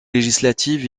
législatif